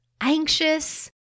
anxious